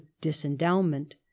disendowment